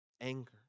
Anger